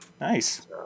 Nice